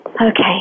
Okay